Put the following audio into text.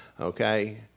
Okay